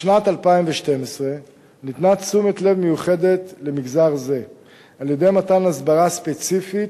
בשנת 2012 ניתנה תשומת לב מיוחדת למגזר זה על-ידי מתן הסברה ספציפית,